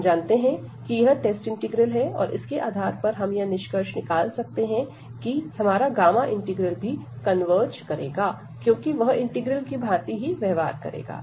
हम जानते हैं यह टेस्ट इंटीग्रल है और इसके आधार पर हम यह निष्कर्ष निकाल सकते हैं कि हमारा गामा इंटीग्रल भी कन्वर्ज करेगा क्योंकि वह इंटीग्रल की भांति ही व्यवहार करेगा